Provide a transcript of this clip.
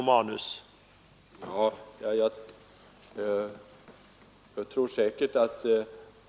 Herr talman!